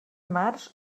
març